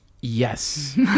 Yes